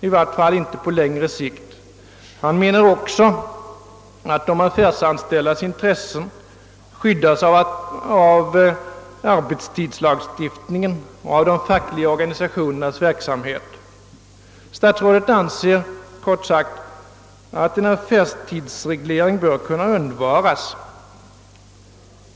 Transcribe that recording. i varje fall inte på längre sikt, och anser också att de affärsanställdas intressen skyddas av arbetstidslagstiftningen och av de fackliga organisationernas verksamhet. Statsrådet anser kort sagt att en affärstidsreglering bör kunna undvaras.